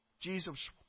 Jesus